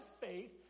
faith